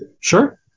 Sure